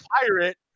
pirate